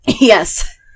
Yes